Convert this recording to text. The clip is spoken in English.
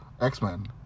X-Men